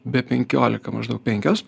be penkiolika maždaug penkios